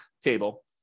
table